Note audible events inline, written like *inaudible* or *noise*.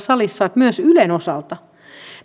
*unintelligible* salissa myös ylen osalta